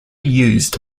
used